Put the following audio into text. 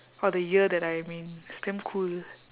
or the year that I am in it's damn cool